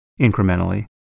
incrementally